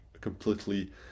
completely